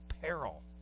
peril